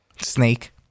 snake